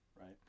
right